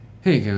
Hey